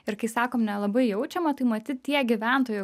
ir kai sakom nelabai jaučiama tai matyt tie gyventojai